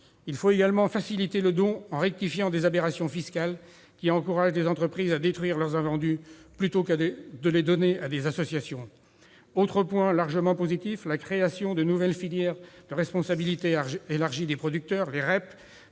Il faut également faciliter le don, en rectifiant des aberrations fiscales qui encouragent les entreprises à détruire leurs invendus plutôt qu'à les donner à des associations. Autre point largement positif : la création de nouvelles filières de responsabilité élargie des producteurs, les REP,